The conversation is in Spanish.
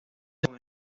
con